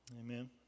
Amen